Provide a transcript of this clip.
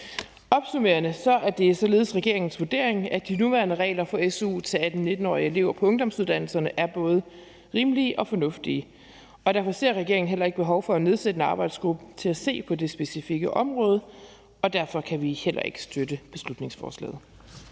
Opsummerende er det således regeringens vurdering, at de nuværende regler for su til 18-19-årige elever på ungdomsuddannelserne er både rimelige og fornuftige, og derfor ser regeringen heller ikke behov for at nedsætte en arbejdsgruppe til at se på det specifikke område, og derfor kan vi heller ikke støtte beslutningsforslaget.